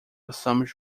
passamos